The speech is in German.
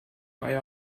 eier